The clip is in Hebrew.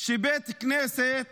שבית כנסת